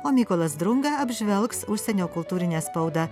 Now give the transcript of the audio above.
o mykolas drunga apžvelgs užsienio kultūrinę spaudą